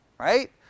right